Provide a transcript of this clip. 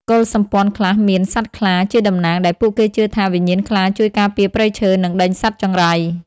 កុលសម្ព័ន្ធខ្លះមាន "សត្វខ្លា" ជាតំណាង ដែលពួកគេជឿថាវិញ្ញាណខ្លាជួយការពារព្រៃឈើ និងដេញសត្វចង្រៃ។